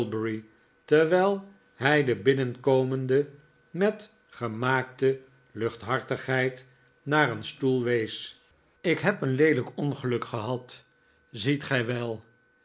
terwijl hij den binnenkomende met gemaakte luchthartigheid naar een stoel wees ik heb een leelijk ongeluk gehad ziet gij wel